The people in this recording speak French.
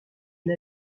une